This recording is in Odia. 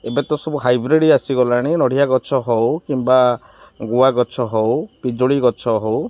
ଏବେ ତ ସବୁ ହାଇବ୍ରିଡ଼୍ ଆସିଗଲାଣି ନଡ଼ିଆ ଗଛ ହେଉ କିମ୍ବା ଗୁଆ ଗଛ ହେଉ ପିଜୁଳି ଗଛ ହେଉ